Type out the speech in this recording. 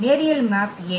நேரியல் மேப் ஏன்